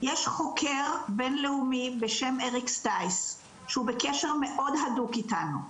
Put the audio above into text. יש חוקר בינלאומי בשם אריק סטייס שהוא בקשר מאוד הדוק איתנו,